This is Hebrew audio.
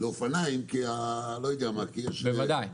לאופניים כי, לא יודע מה, כי יש --- בוודאי.